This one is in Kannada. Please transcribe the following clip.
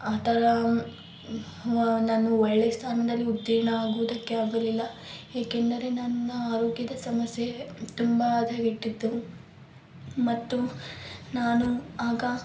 ಆ ತರ ನಾನು ಒಳ್ಳೆಯ ಸ್ಥಾನದಲ್ಲಿ ಉತ್ತೀರ್ಣ ಆಗುವುದಕ್ಕೆ ಆಗಲಿಲ್ಲ ಏಕೆಂದರೆ ನನ್ನ ಆರೋಗ್ಯದ ಸಮಸ್ಯೆ ತುಂಬ ಹದಗೆಟ್ಟಿತ್ತು ಮತ್ತು ನಾನು ಆಗ